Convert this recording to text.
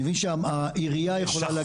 אני מבין שהעירייה יכולה להגדיר להם.